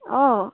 অঁ